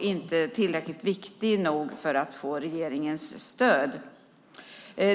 inte tillräckligt viktiga för att få regeringens stöd.